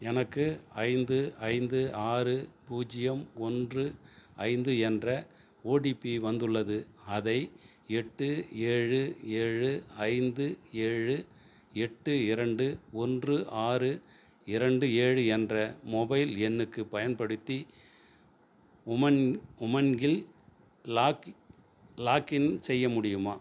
எனக்கு ஐந்து ஐந்து ஆறு பூஜ்ஜியம் ஒன்று ஐந்து என்ற ஓடிபி வந்துள்ளது அதை எட்டு ஏழு ஏழு ஐந்து ஏழு எட்டு இரண்டு ஒன்று ஆறு இரண்டு ஏழு என்ற மொபைல் எண்ணுக்குப் பயன்படுத்தி உமங் இல் லாக்இன் செய்ய முடியுமா